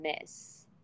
miss